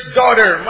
daughter